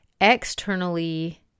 externally